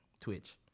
Twitch